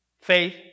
Faith